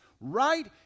right